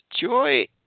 joy